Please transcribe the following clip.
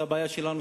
זאת הבעיה שלנו,